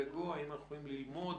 בכך אנחנו יכולים ללמוד